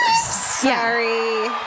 Sorry